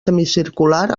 semicircular